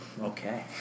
Okay